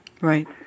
Right